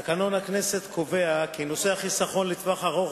תקנון הכנסת קובע כי נושא החיסכון לטווח הארוך